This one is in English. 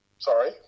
Sorry